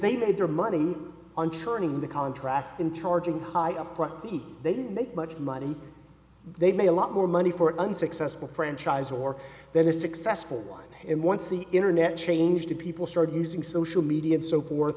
they made their money on turning the contract in charging high up rocky they didn't make much money they made a lot more money for unsuccessful franchise or they were successful in once the internet changed people started using social media and so forth